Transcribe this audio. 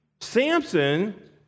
Samson